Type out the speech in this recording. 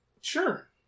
Sure